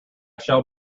shall